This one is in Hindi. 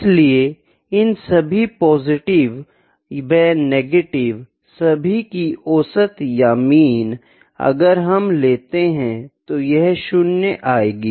इसलिए इन सभी पॉजिटिव व नेगेटिव सभी की औसत या मीन अगर हम लेते है तो यह 0 आएगी